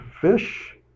fish